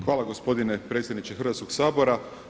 Hvala gospodine predsjedniče Hrvatskoga sabora.